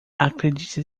acredita